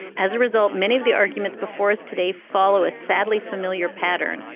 as a result, many of the arguments before us today follow a sadly familiar pattern.